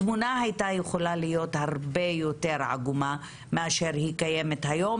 התמונה הייתה יכולה להיות הרבה יותר עגומה מאשר היא קיימת היום,